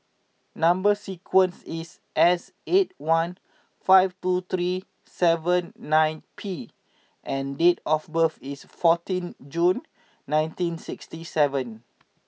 number sequence is S eight one five two three seven nine P and date of birth is fourteen June nineteen sixty seven